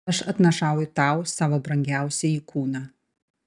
aš atnašauju tau savo brangiausiąjį kūną